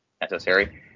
necessary